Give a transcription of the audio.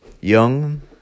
young